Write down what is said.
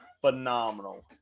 phenomenal